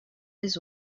des